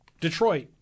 Detroit